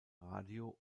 radio